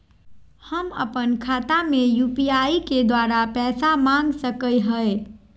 हम अपन खाता में यू.पी.आई के द्वारा पैसा मांग सकई हई?